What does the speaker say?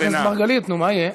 חבר הכנסת מרגלית, נו, מה יהיה.